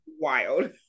wild